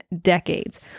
decades